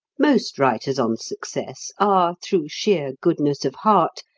most writers on success are, through sheer goodness of heart,